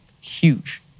huge